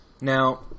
Now